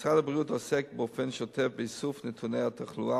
משרד הבריאות עוסק באופן שוטף באיסוף נתוני התחלואה